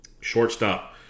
Shortstop